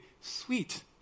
sweet